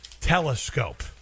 Telescope